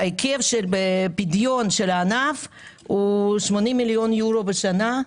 היקף הפדיון של הענף הוא 80 מיליון יורו בשנה.